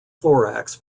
thorax